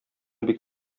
бик